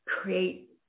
create